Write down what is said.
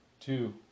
two